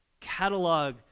Catalog